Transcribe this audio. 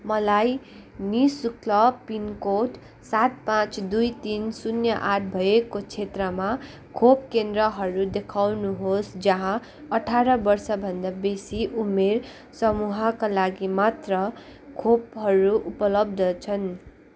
मलाई नि शुल्क पिनकोड सात पाँच दुई तिन शून्य आठ भएको क्षेत्रमा खोप केन्द्रहरू देखाउनुहोस् जहाँ अठार वर्ष भन्दा बेसी उमेर समूहका लागि मात्र खोपहरू उपलब्ध छन्